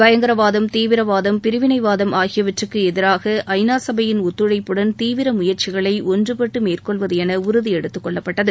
பயங்கரவாதம் தீவிரவாதம் பிரிவினை வாதம் ஆகியவற்றக்கு எதிராக ஐநா சபையின் ஒத்துழைப்புடன் தீவிர முயற்சிகளை ஒன்றுபட்டு மேற்கொள்வது என உறுதி எடுத்துக் கொள்ளப்பட்டது